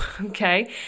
Okay